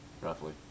Roughly